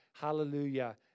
hallelujah